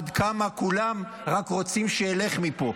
עד כמה כולם רק רוצים שילך מפה,